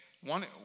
One